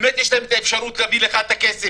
באמת יש להם את האפשרות להעביר לך את הכסף,